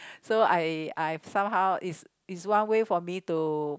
so I I somehow it's it's one way for me to